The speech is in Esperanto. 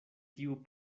tiu